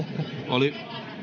oli